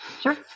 Sure